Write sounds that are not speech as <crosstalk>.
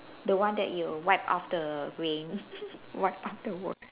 the one that you wipe off the rain <laughs> wipe off the water